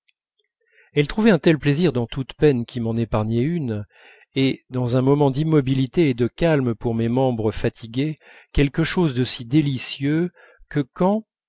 elle trouvait un tel plaisir dans toute peine qui m'en épargnait une et dans un moment d'immobilité et de calme pour mes membres fatigués quelque chose de si délicieux que quand